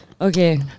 Okay